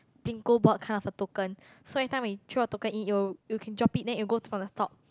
bingo board kind of a token so every time when you throw a token in it will you can drop it then it can go to the top